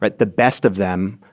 but the best of them,